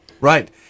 right